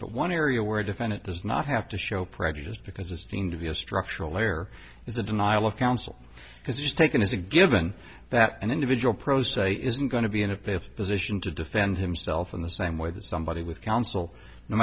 but one area where a defendant does not have to show prejudice because it's deemed to be a structural layer is a denial of counsel because it's taken as a given that an individual pro se isn't going to be in a position to defend himself in the same way the somebody with counsel no